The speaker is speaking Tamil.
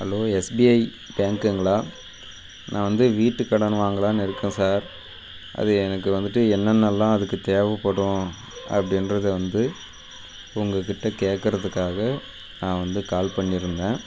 ஹலோ எஸ்பிஐ பேங்க்குங்களா நான் வந்து வீட்டுக் கடன் வாங்கலாம்ன்னு இருக்கேன் சார் அது எனக்கு வந்துவிட்டு என்னென்னல்லாம் அதுக்குத் தேவைப்படும் அப்படின்றத வந்து உங்கக்கிட்டே கேக்கிறதுக்காக நான் வந்து கால் பண்ணியிருந்தேன்